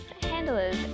handlers